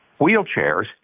wheelchairs